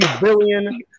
billion